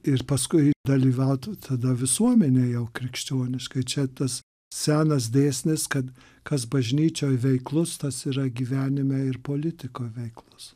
ir paskui dalyvautų tada visuomenė jau krikščioniškai čia tas senas dėsnis kad kas bažnyčioj veiklus tas yra gyvenime ir politikoj veiklos